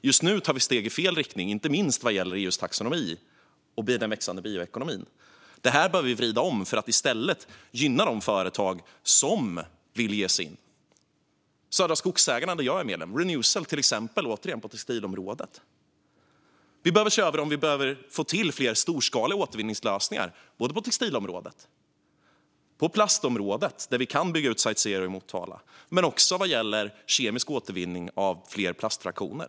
Just nu tar vi steg i fel riktning, inte minst vad gäller EU:s taxonomi och den växande bioekonomin. Detta behöver vi vrida om för att i stället gynna de företag som vill ge sig in. Det handlar till exempel om Södra Skogsägarna, där jag är medlem, och Renewcell på textilområdet. Vi behöver se över dem, och vi behöver få till fler storskaliga återvinningslösningar både på textilområdet och på plastområdet, där vi kan bygga ut Site Zero i Motala, men också när det gäller kemisk återvinning av fler plastfraktioner.